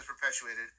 perpetuated